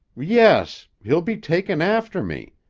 yes. he'll be takin' after me.